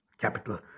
capital